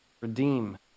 redeem